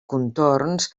contorns